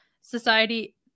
society